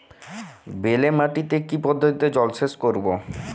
বেলে মাটিতে কি পদ্ধতিতে জলসেচ করব?